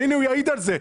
הינה, הוא יעיד על זה.